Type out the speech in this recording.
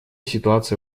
ситуация